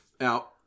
Now